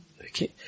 Okay